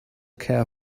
care